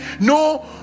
No